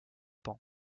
pans